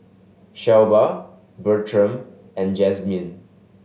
Shelba Bertram and Jazmyne